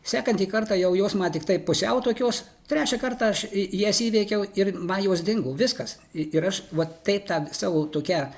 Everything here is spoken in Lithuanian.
sekantį kartą jau jos man tiktai pusiau tokios trečią kartą aš jas įveikiau ir man jos dingo viskas ir aš vat tai tą savo tokią